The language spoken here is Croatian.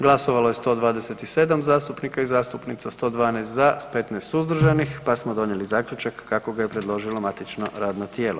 Glasovalo je 127 zastupnika i zastupnica, 112 za, 15 suzdržanih, pa smo donijeli zaključak kako ga je predložilo matično radno tijelo.